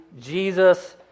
Jesus